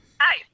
hi